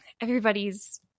everybody's